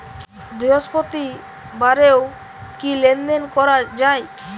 বৃহস্পতিবারেও কি লেনদেন করা যায়?